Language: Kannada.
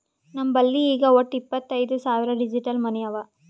ನಮ್ ಬಲ್ಲಿ ಈಗ್ ವಟ್ಟ ಇಪ್ಪತೈದ್ ಸಾವಿರ್ ಡಿಜಿಟಲ್ ಮನಿ ಅವಾ